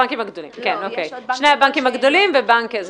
לשני הבנקים הגדולים ולבנק בינוני.